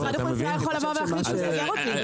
משרד איכות הסביבה יכול לבוא ולהחליט שהוא סוגר אותי.